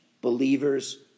believers